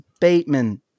Bateman